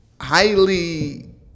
highly